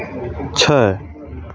छै